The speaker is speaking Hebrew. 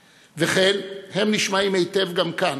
וכן, הם נשמעים היטב גם כאן,